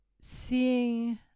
seeing